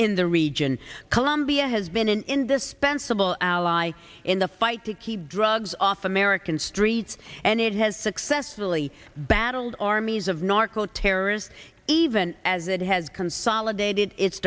in the region colombia has been an indispensable ally in the fight to keep drugs off american streets and it has successfully battled armies of narco terrorists even as it has consolidated it